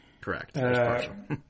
Correct